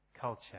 culture